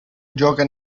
gioca